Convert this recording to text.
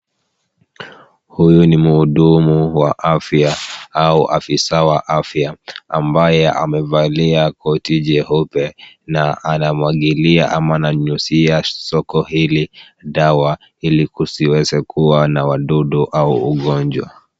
Huyu ni mhudumu wa afya au afisa wa afya, ambaye amevalia koti jeupe na anamwagilia ama ananyunyuzia soko hili dawa ili kusiwezekua na wadudu au ugonjwa.